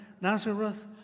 Nazareth